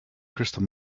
crystal